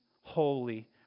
holy